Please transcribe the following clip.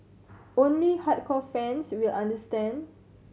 only hardcore fans will understand